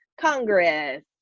Congress